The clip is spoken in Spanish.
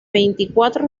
veinticuatro